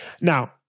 Now